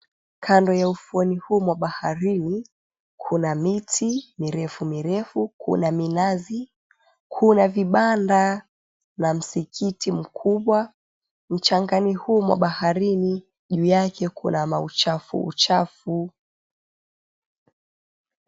Kando ya ufuoni huu mwa baharini kuna miti mirefu mirefu, kuna minazi, kuna vibanda na msikiti mkubwa mchangani huu wa baharini juu yake kuna mauchafu uchafu.